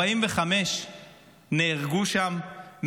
45 איש נהרגו שם,